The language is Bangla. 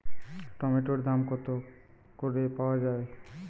টমেটোর দাম কত করে পাওয়া যায়?